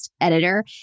editor